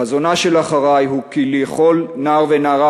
חזונה של "אחריי!" הוא כי לכל נער ונערה